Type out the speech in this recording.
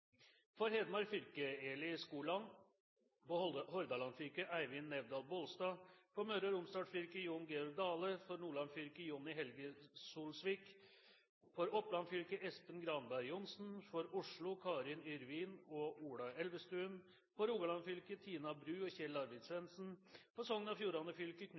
For Hedmark fylke: Eli SkolandFor Hordaland fylke: Eivind Nævdal-BolstadFor Møre og Romsdal fylke: Jon Georg DaleFor Nordland fylke: Jonni Helge SolsvikFor Oppland fylke: Espen Granberg JohnsenFor Oslo: Karin Yrvin og Ola ElvestuenFor Rogaland fylke: Tina Bru og Kjell Arvid Svendsen. For Sogn og Fjordane fylke: